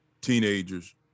teenagers